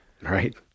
Right